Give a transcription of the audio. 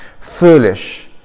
foolish